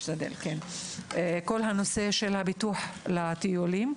את כל נושא ביטוח בטיולים.